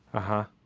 aha.